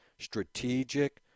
strategic